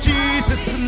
Jesus